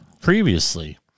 previously